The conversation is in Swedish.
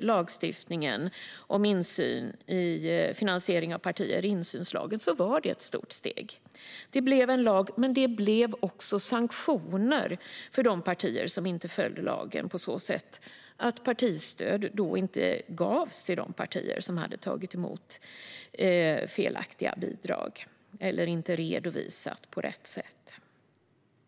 lagstiftningen om insyn i finansiering av partier, insynslagen, var det ett stort steg. Det blev en lag, och det blev även sanktioner för de partier som inte följde lagen på så sätt att partistöd inte gavs till de partier som tagit emot felaktiga bidrag eller inte redovisat på rätt sätt.